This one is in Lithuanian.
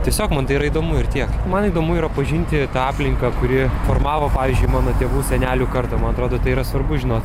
tiesiog man tai yra įdomu ir tiek man įdomu yra pažinti aplinką kuri formavo pavyzdžiui mano tėvų senelių kartą man atrodo tai yra svarbu žinot